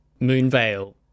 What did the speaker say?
Moonvale